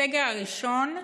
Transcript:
בסגר הראשון,